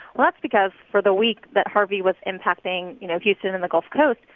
well, that's because for the week that harvey was impacting, you know, houston and the gulf coast,